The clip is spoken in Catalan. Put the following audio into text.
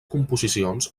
composicions